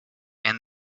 and